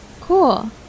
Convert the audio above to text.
Cool